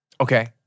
Okay